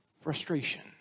frustration